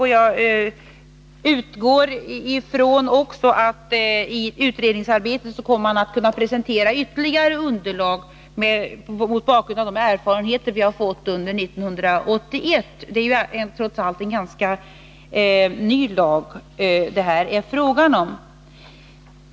Jag utgår också ifrån att man i utredningsarbetet kommer att kunna presentera ytterligare underlag mot bakgrund av de erfarenheter som vi fått under 1981. Det är ju trots allt en ganska ny lag som det här är fråga om.